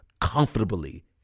comfortably